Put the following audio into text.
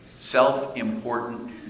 self-important